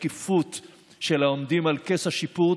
שקיפות של העומדים על כס השיפוט